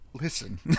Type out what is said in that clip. Listen